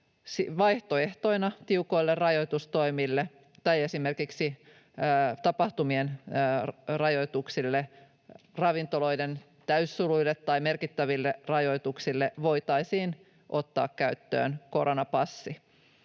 Vaihtoehtona tiukoille rajoitustoimille tai esimerkiksi tapahtumien rajoituksille, ravintoloiden täysisuluille tai merkittäville rajoituksille voitaisiin ottaa käyttöön koronapassi